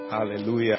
Hallelujah